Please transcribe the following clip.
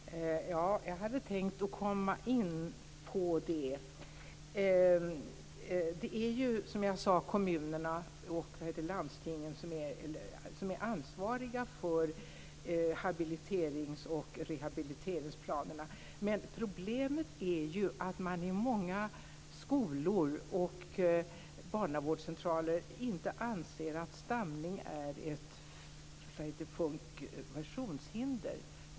Herr talman! Jag hade tänkt komma in på det. Som jag sade är det kommunerna och landstingen som är ansvariga för habiliterings och rehabiliteringsplanerna. Problemet är att man på många skolor och barnavårdscentraler inte anser att stamning är ett funktionshinder.